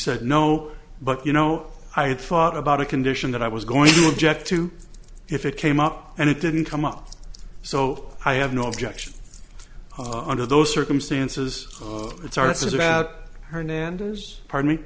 said no but you know i had thought about a condition that i was going to object to if it came up and it didn't come up so i have no objection under those circumstances it's ours about hernandez pardon me